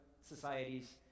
societies